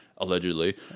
Allegedly